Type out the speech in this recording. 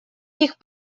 них